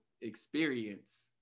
experience